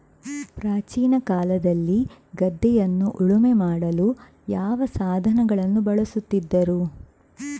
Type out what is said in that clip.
ಪ್ರಾಚೀನ ಕಾಲದಲ್ಲಿ ಗದ್ದೆಯನ್ನು ಉಳುಮೆ ಮಾಡಲು ಯಾವ ಸಾಧನಗಳನ್ನು ಬಳಸುತ್ತಿದ್ದರು?